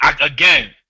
again